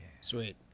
Sweet